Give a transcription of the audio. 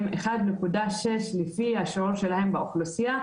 הם 1.6% לפי השיעור שלהם באוכלוסייה,